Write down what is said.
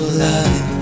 life